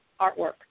artwork